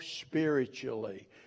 spiritually